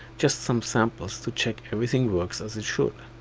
just some samples to check everything works as it should.